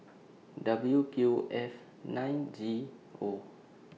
W Q F nine G O